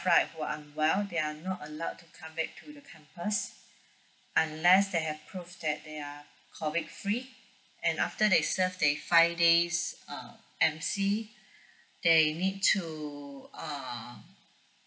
right who unwell they are not allowed to come back to the campus unless they have proof that they are COVID free and after they serve the five days uh M_C they need to uh